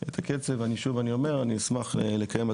את הקצב שוב אני אומר אני אשמח לקיים על